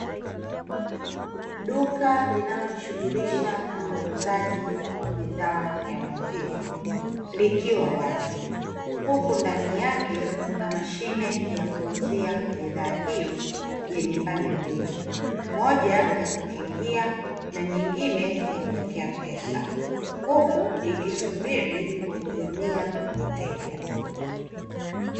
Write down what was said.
Duka linalojishughulisha na uuzaji wa bidhaa ya maziwa likiwa wazi, huku ndani yake kuna mashine ya kuuzia bidhaa hiyo yenye pande mbili. Moja ya kukingia na nyingine ya kuwekea pesa, huku ikisubiri kuhudumia wateja.